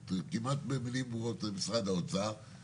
ובמקרה אחר הדובר שלה אמר לי,